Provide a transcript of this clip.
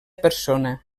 persona